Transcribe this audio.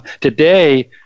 Today